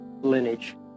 lineage